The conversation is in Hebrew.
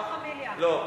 אני לא הייתי בתוך המיליה.